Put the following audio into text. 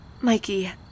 Mikey